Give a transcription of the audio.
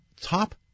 top